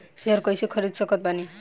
Share कइसे खरीद सकत बानी?